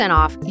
off